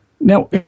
Now